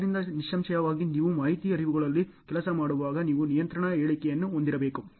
ಆದ್ದರಿಂದ ನಿಸ್ಸಂಶಯವಾಗಿ ನೀವು ಮಾಹಿತಿ ಹರಿವುಗಳಲ್ಲಿ ಕೆಲಸ ಮಾಡುವಾಗ ನೀವು ನಿಯಂತ್ರಣ ಹೇಳಿಕೆಯನ್ನು ಹೊಂದಿರಬೇಕು